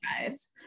guys